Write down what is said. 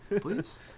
please